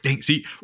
See